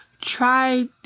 try